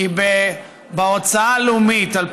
כי בהוצאה הלאומית בשנים האחרונות,